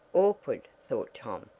awkward, thought tom,